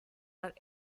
are